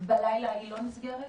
בלילה היא לא נסגרת?